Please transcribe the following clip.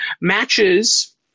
matches